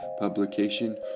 publication